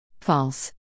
False